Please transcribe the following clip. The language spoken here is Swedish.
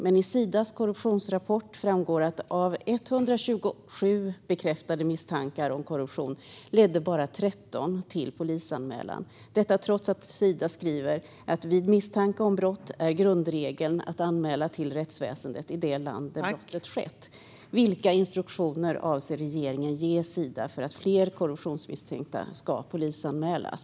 Men i Sidas korruptionsrapport framgår det att av 127 bekräftade misstankar om korruption ledde bara 13 till polisanmälan, detta trots att Sida skriver: Vid misstanke om brott är grundregeln att anmäla till rättsväsendet i det land där brottet skett. Vilka instruktioner avser regeringen att ge Sida för att fler korruptionsmisstänkta ska polisanmälas?